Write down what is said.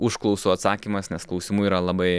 užklausų atsakymas nes klausimų yra labai